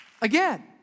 Again